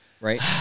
right